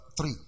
three